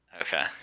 Okay